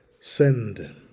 send